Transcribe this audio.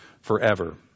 forever